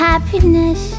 Happiness